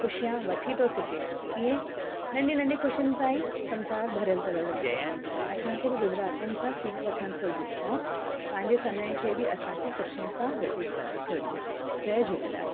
ख़ुशियां वठी थो सघे कीअं नंढी नंढी खुशियुनि सां ई संसारु भरियलु तरल रहंदो आहे त असांखे बि गुजरातीनि सां सिख वठणु घुरिजे ऐं पंहिंजे समय खे बि असांखे सुठे सां व्यतीत करणु घुरिजे जय झूलेलाल